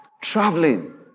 Traveling